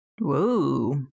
Whoa